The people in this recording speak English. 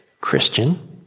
Christian